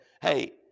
hey